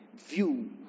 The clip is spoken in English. view